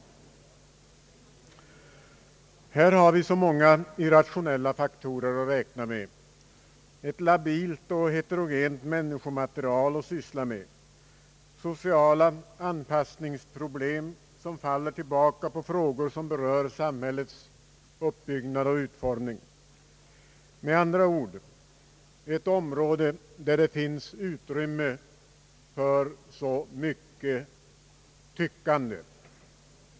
Vi har på detta område så många irrationella faktorer att räkna med, ett labilt och heterogent människomaterial att syssla med, sociala anpassningsproblem som faller tillbaka på frågor som berör samhällets uppbyggnad och utformning, med andra ord ett område där det finns utrymme för så mycket tyckande.